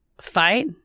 Fight